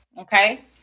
okay